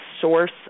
source